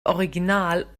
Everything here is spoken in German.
original